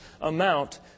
amount